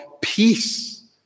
peace